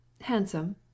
handsome